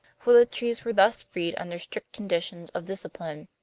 for the trees were thus freed under strict conditions of discipline.